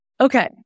Okay